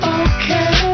okay